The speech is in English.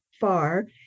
far